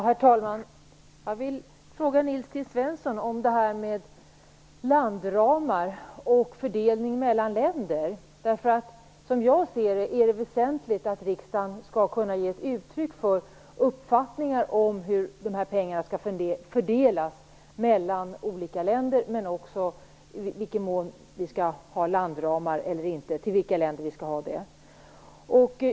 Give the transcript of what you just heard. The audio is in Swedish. Herr talman! Jag vill ställa en fråga till Nils T Som jag ser det är det väsentligt att riksdagen kan ge uttryck för uppfattningar om hur pengarna skall fördelas mellan olika länder och om i vilken mån det skall finnas landramar eller inte.